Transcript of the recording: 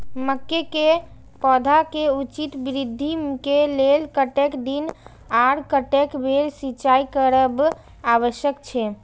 मके के पौधा के उचित वृद्धि के लेल कतेक दिन आर कतेक बेर सिंचाई करब आवश्यक छे?